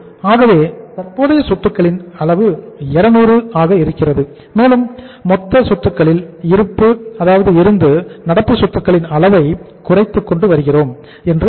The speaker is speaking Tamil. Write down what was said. ஆகவே தற்போதைய சொத்துக்களின் அளவு 200 இருக்கிறது மேலும் மொத்த சொத்துக்களில் இருந்து நடப்பு சொத்துக்களின் அளவை குறைத்துக் கொண்டு வருகிறோம் என்று அர்த்தம்